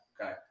Okay